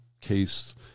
case